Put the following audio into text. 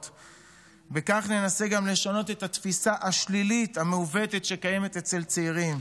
בכך ננסה גם לשנות את התפיסה השלילית המעוותת שקיימת אצל צעירים.